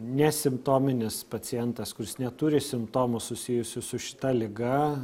nesimptominis pacientas kuris neturi simptomų susijusių su šita liga